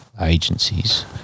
agencies